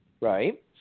Right